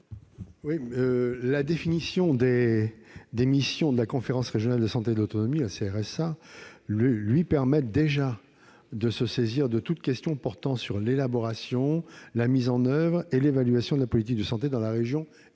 ? La définition des missions de la conférence régionale de la santé et de l'autonomie, la CRSA, lui permet déjà de se saisir de toute question portant sur l'élaboration, la mise en oeuvre et l'évaluation de la politique de santé dans la région et dans les